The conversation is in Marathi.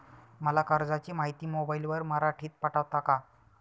मला कर्जाची माहिती मोबाईलवर मराठीत पाठवता का?